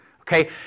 Okay